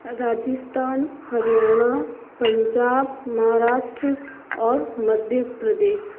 राजस्थान हरियाणा पंजाब महाराष्ट्र और मध्य प्रदेश